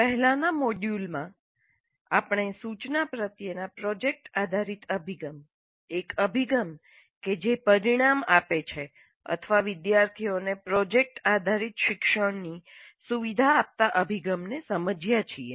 પહેલાના મોડ્યુલમાંઆપણે સૂચના પ્રત્યેના પ્રોજેક્ટ આધારિત અભિગમ એક અભિગમ કે જે પરિણામ આપે છે અથવા વિદ્યાર્થીઓ ને પ્રોજેક્ટ આધારિત શિક્ષણની સુવિધા આપતા અભિગમ ને સમજયા છીએ